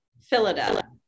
Philadelphia